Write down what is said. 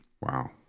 Wow